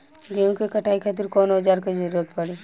गेहूं के कटाई खातिर कौन औजार के जरूरत परी?